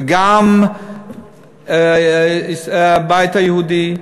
וגם הבית היהודי,